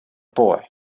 boy